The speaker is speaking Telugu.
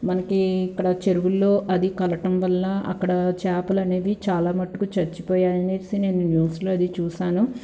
మనకి ఇక్కడ చెరువుల్లో అది కలవటం వల్ల అక్కడ చేపలనేవి చాలా మటుకు చచ్చిపోయాయి అనేసి నేను న్యూస్లో అది చూసాను